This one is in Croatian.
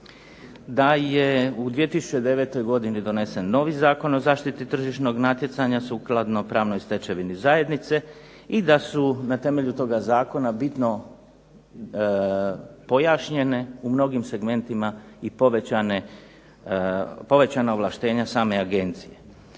da je u 2009. godini donesen novi Zakon o zaštiti tržišnog natjecanja sukladno pravnoj stečevini zajednice i da su na temelju toga zakona bitno pojašnjene, u mnogim segmentima i povećana ovlaštenja same agencije.